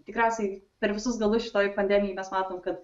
tikriausiai per visus galus šitoj pandemijoj mes matom kad